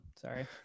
sorry